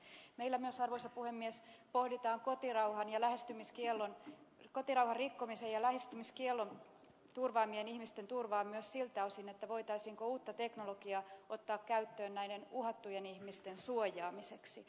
meillä myös arvoisa puhemies pohditaan kotirauhan rikkomisen ja lähestymiskiellon turvaamien ihmisten turvaa myös siltä osin voitaisiinko uutta teknologiaa ottaa käyttöön näiden uhattujen ihmisten suojaamiseksi